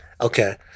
okay